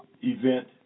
event